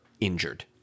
injured